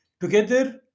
together